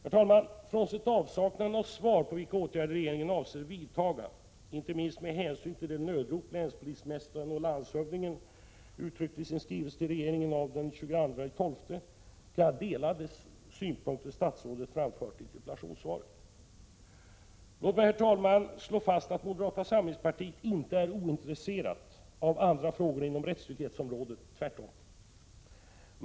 Frånsett avsaknaden av besked om vilka åtgärder regeringen avser att vidta, inte minst med hänsyn till det nödrop som länspolismästaren och landshövdingen uttryckte i sin skrivelse till regeringen av den 22 december, kan jag dela de synpunkter statsrådet framförde i interpellationssvaret. Låt mig, herr talman, slå fast att moderata samlingspartiet inte är ointresserat av andra frågor inom rättstrygghetsområdet — tvärtom.